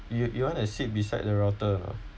you you want to sit beside the router or not